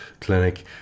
clinic